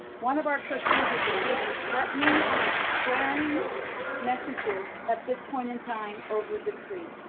one of our trustees is receiving threatening and swearing messages at this point in time over the trees.